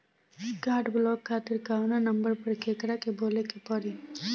Card block करे खातिर कवना नंबर पर केकरा के बोले के परी?